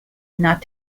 not